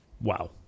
Wow